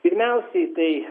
pirmiausiai tai